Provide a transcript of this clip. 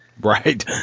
Right